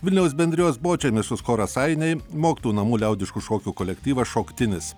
vilniaus bendrijos bočiai mišrus choras ainiai mokytojų namų liaudiškų šokių kolektyvas šoktinis